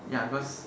ya because